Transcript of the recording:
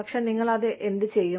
പക്ഷേ നിങ്ങൾ അത് എന്തുചെയ്യും